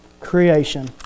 creation